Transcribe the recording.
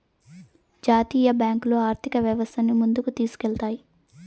జాతీయ బ్యాంకులు ఆర్థిక వ్యవస్థను ముందుకు తీసుకెళ్తాయి